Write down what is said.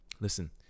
listen